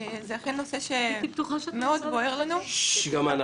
זה אכן נושא שבוער לנו מאוד.